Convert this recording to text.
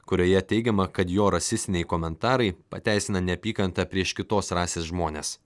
kurioje teigiama kad jo rasistiniai komentarai pateisina neapykantą prieš kitos rasės žmones